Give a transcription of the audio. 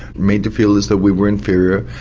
made to feel as though we were inferior,